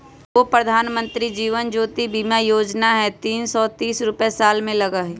गो प्रधानमंत्री जीवन ज्योति बीमा योजना है तीन सौ तीस रुपए साल में लगहई?